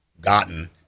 gotten